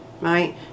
Right